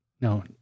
No